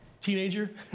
teenager